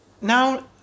now